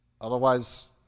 Otherwise